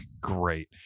great